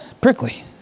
Prickly